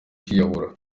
kwiyahura